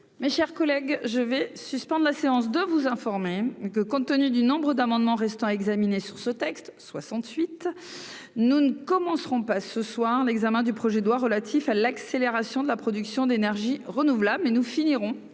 mes chers collègues, je vais suspendre la séance de vous informer que, compte tenu du nombre d'amendements restant examiner sur ce texte soixante-huit nous ne commencerons pas ce soir l'examen du projet de loi relatif à l'accélération de la production d'énergie renouvelables mais nous finirons